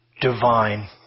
divine